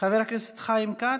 חבר הכנסת חיים כץ,